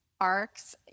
arcs